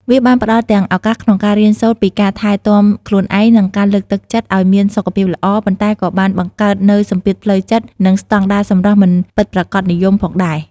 វាបានផ្តល់ទាំងឱកាសក្នុងការរៀនសូត្រពីការថែទាំខ្លួនឯង និងការលើកទឹកចិត្តឲ្យមានសុខភាពល្អ ប៉ុន្តែក៏បានបង្កើតនូវសម្ពាធផ្លូវចិត្ត និងស្តង់ដារសម្រស់មិនប្រាកដនិយមផងដែរ។